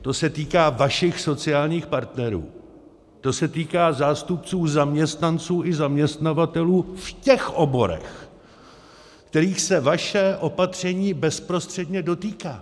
To se týká vašich sociálních partnerů, to se týká zástupců zaměstnanců i zaměstnavatelů v těch oborech, kterých se vaše opatření bezprostředně dotýká.